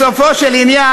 בסופו של עניין,